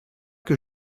que